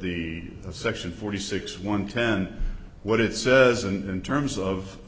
the section forty six one ten what it says and in terms of